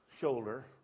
shoulder